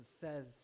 says